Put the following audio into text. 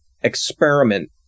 experiment